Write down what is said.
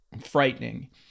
frightening